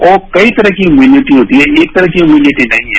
वो कई तरह की इम्यूनिटी होती है एक तरह की इम्यूनिटी नहीं है